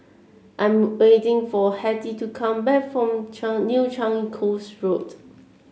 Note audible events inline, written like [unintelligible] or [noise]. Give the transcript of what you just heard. I am waiting for Hetty to come back from [unintelligible] New Changi Coast Road